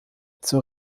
zur